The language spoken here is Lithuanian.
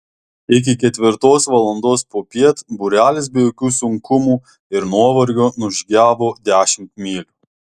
iki ketvirtos valandos popiet būrelis be jokių sunkumų ir nuovargio nužygiavo dešimt mylių